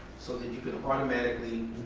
so that you can automatically.